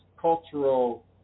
cultural